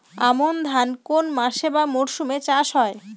আমন ধান কোন মাসে বা মরশুমে চাষ হয়?